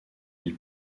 ils